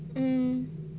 mm